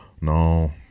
No